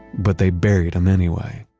but they buried him anyway